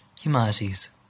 humanities